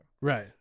Right